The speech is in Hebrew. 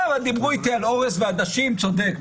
דיברו איתי על אורז ועדשים צודק,